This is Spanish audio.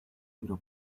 pero